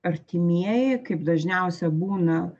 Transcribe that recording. artimieji kaip dažniausia būna